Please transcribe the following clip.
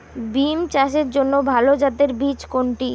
বিম চাষের জন্য ভালো জাতের বীজ কোনটি?